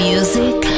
Music